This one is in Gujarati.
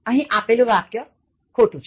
અહીં આપેલું વાક્ય ખોટું છે